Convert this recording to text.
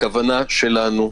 הכוונה שלנו,